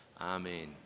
Amen